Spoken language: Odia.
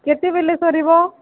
କେତେବେଲେ ସରିବ